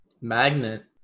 Magnet